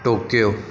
Tokyo